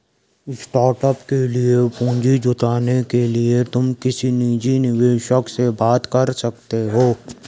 startup के लिए पूंजी जुटाने के लिए तुम किसी निजी निवेशक से बात कर सकते हो